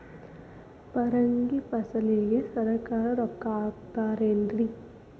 ಪರಂಗಿ ಫಸಲಿಗೆ ಸರಕಾರ ರೊಕ್ಕ ಹಾಕತಾರ ಏನ್ರಿ?